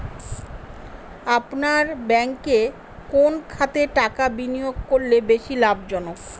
আপনার ব্যাংকে কোন খাতে টাকা বিনিয়োগ করলে বেশি লাভজনক?